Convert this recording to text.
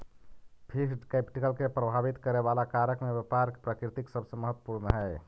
fixed capital के प्रभावित करे वाला कारक में व्यापार के प्रकृति सबसे महत्वपूर्ण हई